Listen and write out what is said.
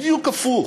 בדיוק הפוך.